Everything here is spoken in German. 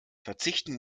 verzichten